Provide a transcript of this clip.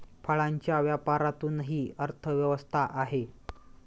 फळांच्या व्यापारातूनही अर्थव्यवस्था आहे